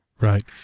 Right